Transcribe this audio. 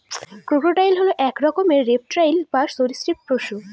crocodile হল এক রকমের রেপ্টাইল বা সরীসৃপ পশু